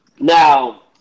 Now